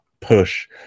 push